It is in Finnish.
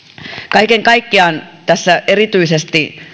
kaiken kaikkiaan tässä erityisesti